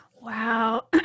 Wow